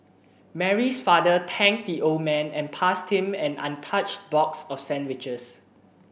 Mary's father thanked the old man and passed him an untouched box of sandwiches